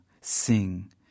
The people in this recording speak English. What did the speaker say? sing